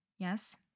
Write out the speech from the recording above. yes